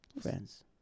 Friends